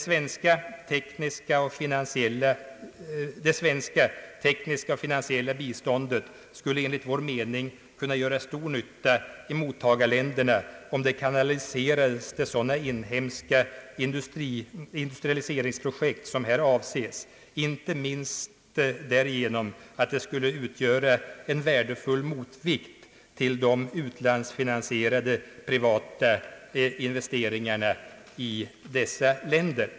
Det svenska tekniska och finansiella biståndet skulle enligt vår mening kunna göra stor nytta i mottagarländerna om det kanaliserades till sådana inhemska industrialiseringsprojekt som här avses, inte minst därigenom att de skulle utgöra en värdefull motvikt till de utlandsfinansierade privata investeringarna i dessa länder.